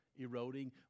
eroding